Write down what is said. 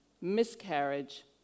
miscarriage